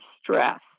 stress